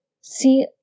See